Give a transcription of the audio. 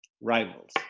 rivals